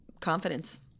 confidence